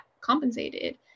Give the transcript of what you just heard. compensated